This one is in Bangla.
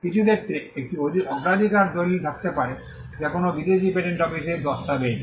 কিছু ক্ষেত্রে একটি অগ্রাধিকার দলিল থাকতে পারে যা কোনও বিদেশী পেটেন্ট অফিসে দস্তাবেজ